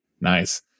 Nice